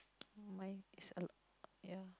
mine is a lot yeah